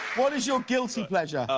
what is your guilty pleasure?